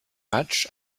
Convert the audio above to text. match